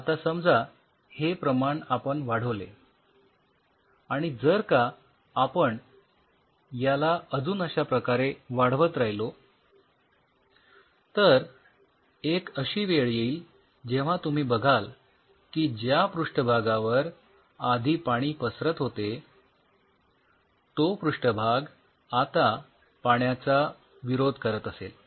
आता समजा हे प्रमाण आपण वाढवले आणि जर का आपण याला अजून अश्या प्रकारे वाढवत राहिलो तर एक अशी वेळ येईल जेव्हा तुम्ही बघाल की ज्या पृष्ठभागावर आधी पाणी पसरत होते तो पृष्ठभाग आता पाण्याचा विरोध करत असेल